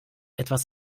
etwas